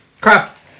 crap